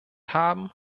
haben